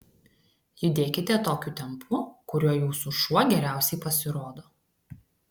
judėkite tokiu tempu kuriuo jūsų šuo geriausiai pasirodo